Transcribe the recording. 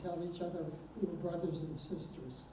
tell each other brothers and sisters